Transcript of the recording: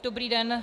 Dobrý den.